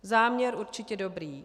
Záměr určitě dobrý.